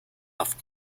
auf